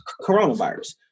coronavirus